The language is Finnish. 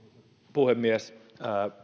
puhemies